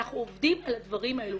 אנחנו עובדים על הדברים האלו,